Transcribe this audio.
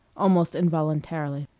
almost involuntarily.